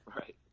right